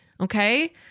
Okay